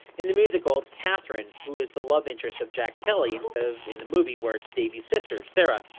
in the musical, it's katherine who is the love interest of jack kelly instead of in the movie where it's davey's sister, sarah,